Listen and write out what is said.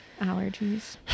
allergies